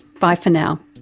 bye for now